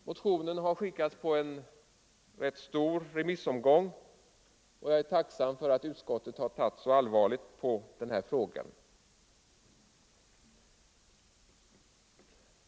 Motionen har skickats ut på en rätt omfattande remissomgång, och jag är tacksam för att utskottet har tagit så allvarligt på den här frågan.